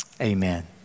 amen